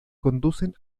conducen